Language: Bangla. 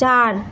চার